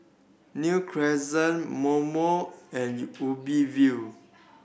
New Crescent MoMo and Ubi View